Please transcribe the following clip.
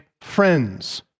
friends